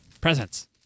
Presents